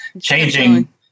changing